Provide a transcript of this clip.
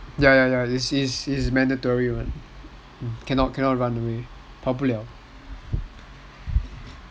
ya ya it's mandatory [what] cannot run away 跑不 liao